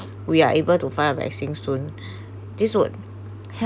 we are able to find a vaccine soon this would